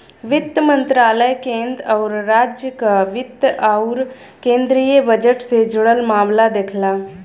वित्त मंत्रालय केंद्र आउर राज्य क वित्त आउर केंद्रीय बजट से जुड़ल मामला देखला